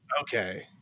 Okay